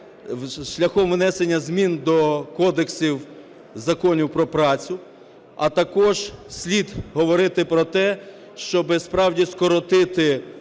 шляхом внесення змін до Кодексу законів про працю, а також слід говорити про те, щоб справді скоротити